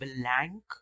blank